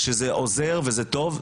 שזה עוזר וזה טוב,